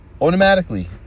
Automatically